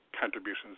contributions